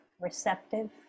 receptive